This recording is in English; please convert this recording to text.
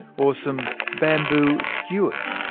or some bamboo skewers.